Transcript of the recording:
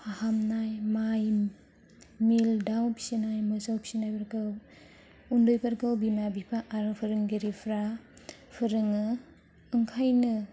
फाहामनाय माइ मिल दाउ फिसिनाय मोसौ फिसिनाय बेफोरखौ उन्दैफोरखौ बिमा बिफा आरो फोरोंगिरिफ्रा फोरोङो ओंखायनो